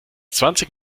zwanzig